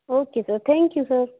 okay sir thank you sir